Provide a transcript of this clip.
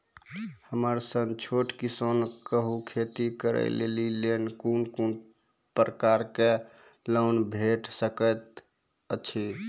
हमर सन छोट किसान कअ खेती करै लेली लेल कून कून प्रकारक लोन भेट सकैत अछि?